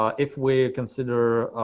ah if we consider